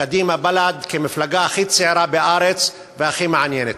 קדימה בל"ד, כמפלגה הכי צעירה בארץ והכי מעניינת.